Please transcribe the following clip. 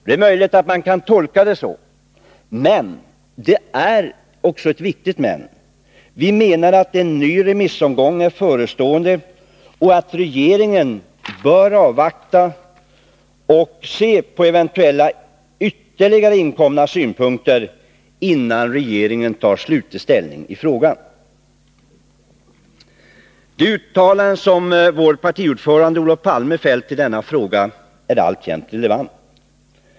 Det är möjligt att man kan tolka det så, men — och det är ett viktigt men — vi menar att en ny remissomgång är förestående och att regeringen bör avvakta eventuella ytterligare synpunkter innan den tar slutlig ställning i frågan. De uttalanden som vår partiordförande Olof Palme fällt i denna fråga är alltjämt relevanta.